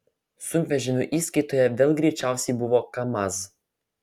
sunkvežimių įskaitoje vėl greičiausi buvo kamaz